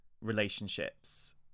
relationships